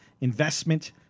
investment